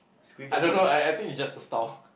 I don't know I I think is just a style